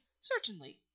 Certainly